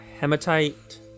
hematite